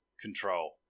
control